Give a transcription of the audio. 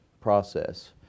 process